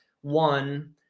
one